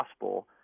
gospel